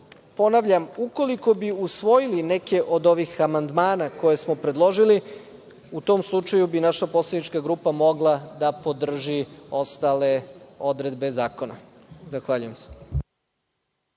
ponavljam ukoliko bi usvojili neke od ovih amandmana koje smo predložili u tom slučaju bi naša poslanička grupa mogla da podrži ostale odredbe zakona. Hvala.